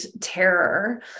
terror